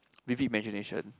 vivid imagination